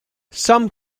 some